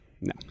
No